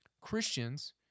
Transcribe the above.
Christians